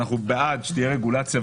אנחנו בעד שתהיה רגולציה,